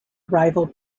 rival